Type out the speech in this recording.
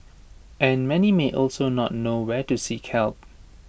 and many may also not know where to seek help